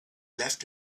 left